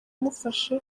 imufashe